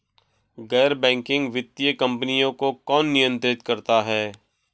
गैर बैंकिंग वित्तीय कंपनियों को कौन नियंत्रित करता है?